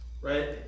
Right